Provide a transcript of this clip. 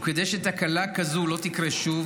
וכדי שתקלה כזו לא תקרה שוב,